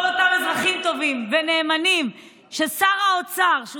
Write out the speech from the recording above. כל אותם אזרחים טובים ונאמנים ששר האוצר שהוא